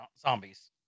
zombies